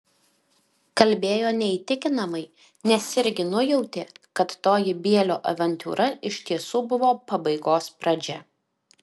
kalbėjo neįtikinamai nes irgi nujautė kad toji bielio avantiūra iš tiesų buvo pabaigos pradžia